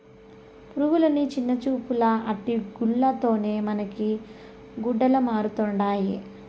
పురుగులని చిన్నచూపేలా ఆటి గూల్ల తోనే మనకి గుడ్డలమరుతండాయి